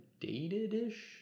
dated-ish